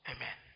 Amen